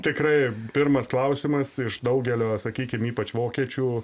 tikrai pirmas klausimas iš daugelio sakykim ypač vokiečių